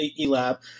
eLab